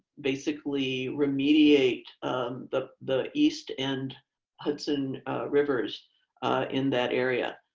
basically remediate the the east end hudson rivers in that area.